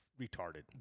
retarded